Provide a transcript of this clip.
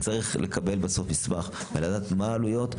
צריך בסוף לקבל מסמך ולדעת מה העלויות.